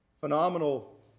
phenomenal